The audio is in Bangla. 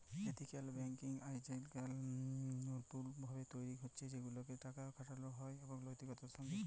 এথিক্যাল ব্যাংকিং আইজকাইল লতুল ভাবে তৈরি হছে সেগুলাতে টাকা খাটালো হয় লৈতিকতার সঙ্গে